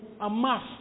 amass